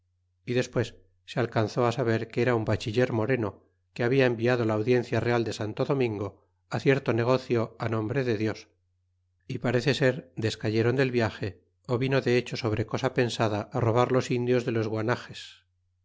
y despues se alcanzó saber que era un bachiller moreno que habla enviado la audiencia real de santo domingo cierto negocio nombre de dios y parece ser descayéron del viage ó vino de hecho sobre cosa pensada robar los indios de los